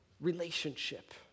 relationship